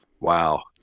Wow